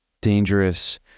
dangerous